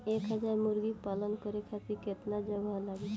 एक हज़ार मुर्गी पालन करे खातिर केतना जगह लागी?